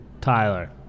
Tyler